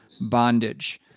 bondage